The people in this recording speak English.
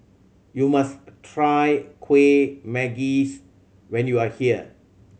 you must try Kueh Manggis when you are here